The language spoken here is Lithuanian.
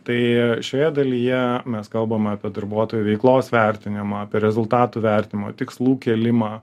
tai šioje dalyje mes kalbam apie darbuotojų veiklos vertinimą apie rezultatų vertinimo tikslų kėlimą